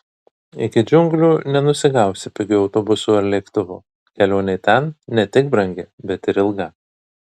iki džiunglių nenusigausi pigiu autobusu ar lėktuvu kelionė ten ne tik brangi bet ir ilga